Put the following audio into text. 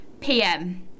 PM